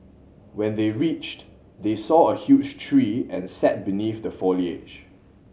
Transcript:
when they reached they saw a huge tree and sat beneath the foliage